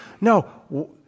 No